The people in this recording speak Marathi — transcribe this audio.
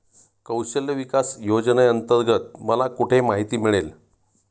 कौशल्य विकास योजनेअंतर्गत मला कुठे माहिती मिळेल?